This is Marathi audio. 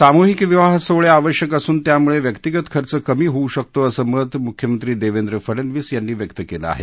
सामूहिक विवाह सोहळे आवश्यक असून त्यामुळे व्यक्तिगत खर्च कमी होऊ शकतो असं मत मुख्यमंत्री देवेंद्र फडनवीस यांनी व्यक्त केलं आहे